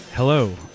Hello